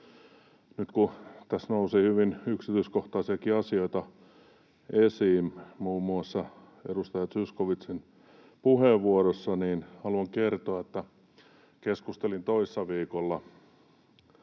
nyt kun tässä nousi hyvin yksityiskohtaisiakin asioita esiin, muun muassa edustaja Zyskowiczin puheenvuorossa, niin haluan kertoa, että keskustelin toissa viikolla